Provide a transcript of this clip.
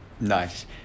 Nice